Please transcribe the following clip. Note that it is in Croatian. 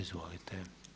Izvolite.